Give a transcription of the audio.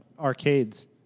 arcades